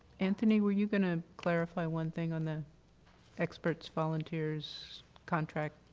anthony, were you going to clarify one thing on the experts, volunteers contract?